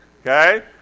Okay